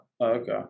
Okay